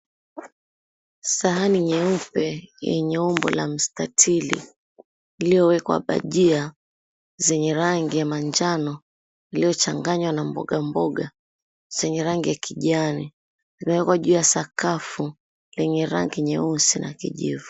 Sahani nyeupe yenye umbo la mstatili iliyowekwa bajia zenye rangi ya manjano iliyochanganywa na mboga mboga zenye rangi ya kijani zimewekwa juu ya sakafu lenye rangi nyeusi na kijivu.